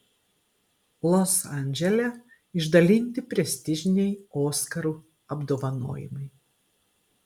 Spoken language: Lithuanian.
los andžele išdalinti prestižiniai oskarų apdovanojimai